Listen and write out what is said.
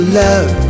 love